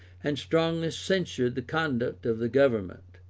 and strongly censured the conduct of the government.